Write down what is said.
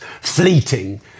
fleeting